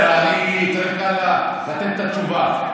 אחד לשני ולדבר, אני צריך לתת את התשובה.